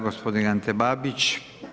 Gospodin Ante Babić.